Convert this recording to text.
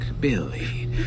Billy